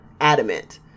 adamant